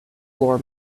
floor